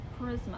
charisma